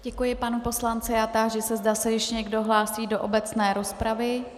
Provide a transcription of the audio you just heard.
Děkuji panu poslanci a táži se, zda se ještě někdo hlásí do obecné rozpravy.